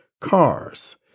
Cars